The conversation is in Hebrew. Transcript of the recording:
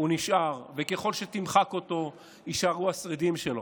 הוא נשאר, וככל שתמחק אותו, יישארו השרידים שלו.